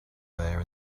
there